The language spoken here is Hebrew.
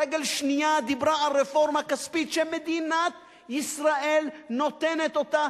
רגל שנייה דיברה על רפורמה כספית שמדינת ישראל נותנת אותה,